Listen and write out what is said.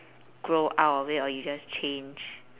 grow out of it or you just change